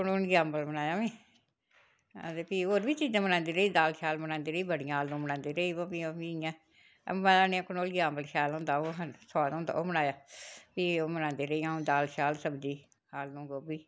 कंडोली दा अंबल बनाया मी तां फ्ही होर बी चीज़ां बनांदी रेही दाल शाल बनांदी रेही बड़ियां आलू बनांदी रेही गोभी शोभी इ'यां अंबा नेहा कंडोलियै अंबल शैल होंदा ओह् सुआद होंदा ओह् बनाया फ्ही ओह् बनांदी रेही अ'ऊं दाल शाल सब्ज़ी आलू गोभी